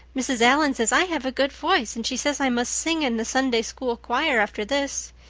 mrs. allan says i have a good voice and she says i must sing in the sunday-school choir after this.